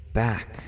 back